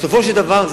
בסופו של דבר,